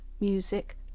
music